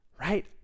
right